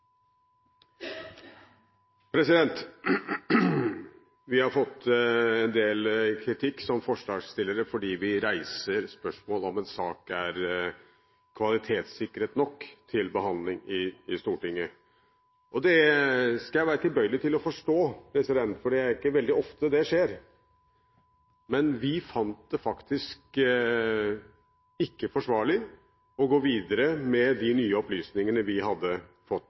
Vi har fått en del kritikk som forslagsstillere fordi vi reiser et spørsmål om en sak er kvalitetssikret nok til behandling i Stortinget. Det skal jeg være tilbøyelig til å forstå, for det er ikke veldig ofte det skjer. Men vi fant det faktisk ikke forsvarlig å gå videre med de nye opplysningene vi hadde fått